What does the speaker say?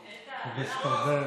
חברי הכנסת של רע"מ,